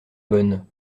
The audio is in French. bonne